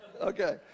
Okay